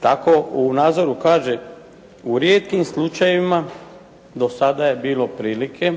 Tako u nadzoru kaže, u rijetkim slučajevima do sada je bilo prilike